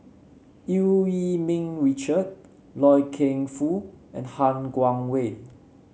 Eu Yee Ming Richard Loy Keng Foo and Han Guangwei